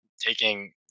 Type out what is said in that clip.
taking